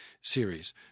series